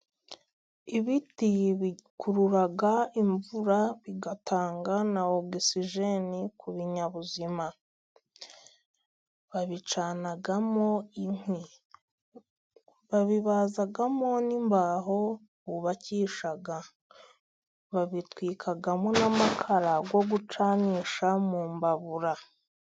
Ibiti bikurura imvura, bigatanga na ogisijeni ku binyabuzima, babicanamo inkwi, babibazamo n'imbaho bubakisha, babitwikamo n'amakara yo gucanisha mu mbabura.